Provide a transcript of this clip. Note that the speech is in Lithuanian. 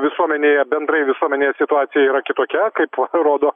visuomenėje bendrai visuomenėj situacija yra kitokia kaip rodo